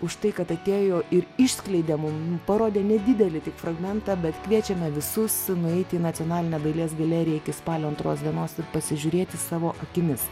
už tai kad atėjo ir išskleidė mum parodė nedidelį tik fragmentą bet kviečiame visus nueiti į nacionalinę dailės galeriją iki spalio antros dienos ir pasižiūrėti savo akimis